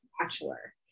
bachelor